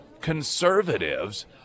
conservatives